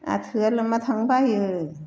आंहा थोवा लोमा थांनो बायो